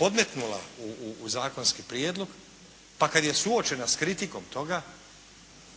podmetnula u zakonski prijedlog, pa kad je suočena s kritikom toga